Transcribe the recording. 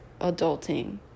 adulting